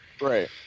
right